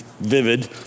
vivid